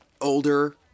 older